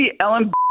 Ellen